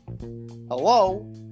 hello